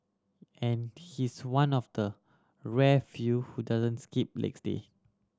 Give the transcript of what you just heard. and he's one of the rare few who doesn't skip legs day